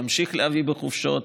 ואמשיך להביאם בחופשות.